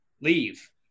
leave